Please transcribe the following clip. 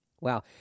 Wow